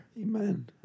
Amen